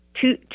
two